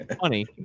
Funny